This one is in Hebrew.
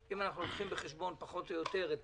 אם אנחנו לוקחים בחשבון פחות או יותר את